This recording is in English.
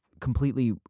completely